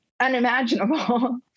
unimaginable